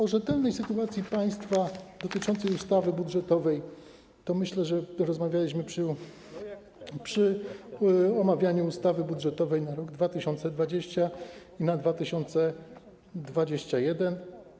O rzetelnej sytuacji państwa dotyczącej ustawy budżetowej rozmawialiśmy przy omawianiu ustawy budżetowej na rok 2020, na rok 2021.